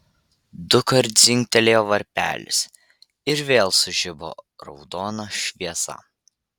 dukart dzingtelėjo varpelis ir vėl sužibo raudona šviesa